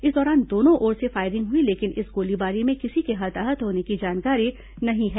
इस दौरान दोनों ओर से फायरिंग हुई लेकिन इस गोलीबारी में किसी के हताहत होने की जानकारी नहीं है